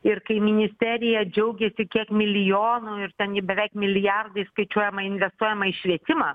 ir kai ministerija džiaugiasi kiek milijonų ir ten ji beveik milijardais skaičiuojama investuojama į švietimą